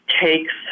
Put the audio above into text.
takes